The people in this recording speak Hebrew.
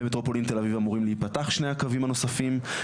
במטרופולין תל אביב אמורים להיפתח שני הקווים הנוספים,